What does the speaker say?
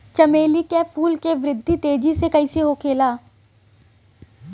चमेली क फूल क वृद्धि तेजी से कईसे होखेला?